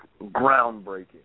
groundbreaking